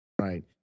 right